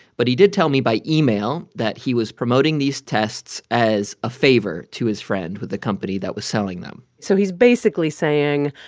but he did tell me by email that he was promoting these tests as a favor to his friend with the company that was selling them so he's basically saying,